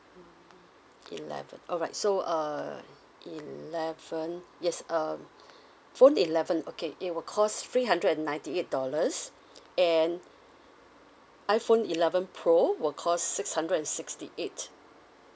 mm eleven alright so uh eleven yes um phone eleven okay it will cost three hundred and ninety eight dollars and iphone eleven pro will cost six hundred and sixty eight